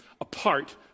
apart